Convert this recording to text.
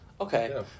Okay